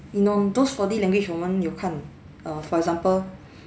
你懂 those body language 我们有看 err for example